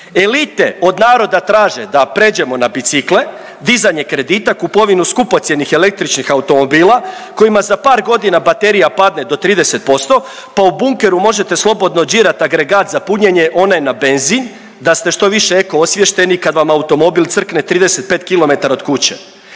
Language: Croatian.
Elite od naroda traže da pređemo na bicikle, dizanje kredita, kupovinu skupocjenih električnih automobila kojima za par godina baterija padne do 30%, pa u bunkeru možete slobodno đirat agregat za punjenje one na benzin da ste što više eko osviješteni kad vam automobil crkne 35 km od kuće,